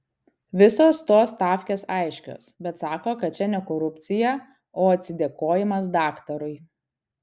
visos tos stavkės aiškios bet sako kad čia ne korupcija o atsidėkojimas daktarui